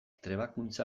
trebakuntza